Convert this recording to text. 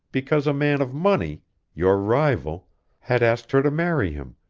because a man of money your rival had asked her to marry him,